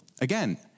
Again